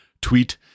tweet